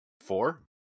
four